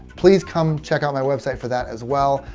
please come check out my website for that as well.